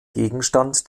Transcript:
gegenstand